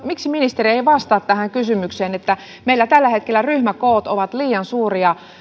miksi ministeri ei vastaa tähän kysymykseen siitä että meillä tällä hetkellä ryhmäkoot ovat liian suuria